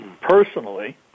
personally